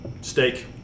Steak